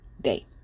day